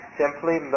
simply